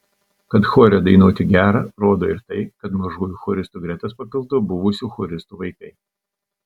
kad chore dainuoti gera rodo ir tai kad mažųjų choristų gretas papildo buvusių choristų vaikai